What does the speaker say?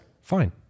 fine